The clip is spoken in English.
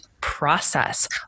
process